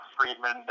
Friedman